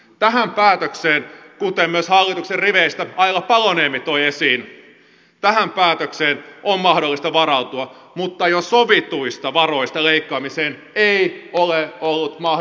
tähän päätökseen kuten myös hallituksen riveistä aila paloniemi toi esiin on mahdollista varautua mutta jo sovituista varoista leikkaamiseen ei ole ollut mahdollisuus varautua